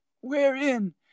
Wherein